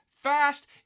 fast